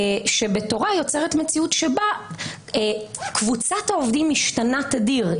שבתורה יוצרת מציאות שבה קבוצת העובדים משתנה תדיר.